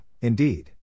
indeed